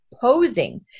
posing